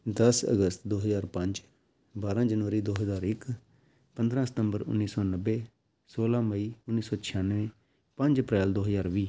ਦਸ ਅਗਸਤ ਦੋ ਹਜ਼ਾਰ ਪੰਜ ਬਾਰਾਂ ਜਨਵਰੀ ਦੋ ਹਜ਼ਾਰ ਇੱਕ ਪੰਦਰਾਂ ਸਤੰਬਰ ਉੱਨੀ ਸੌ ਨੱਬੇ ਸੋਲ੍ਹਾਂ ਮਈ ਉੱਨੀ ਸੌ ਛਿਆਨਵੇਂ ਪੰਜ ਅਪ੍ਰੈਲ ਦੋ ਹਜ਼ਾਰ ਵੀਹ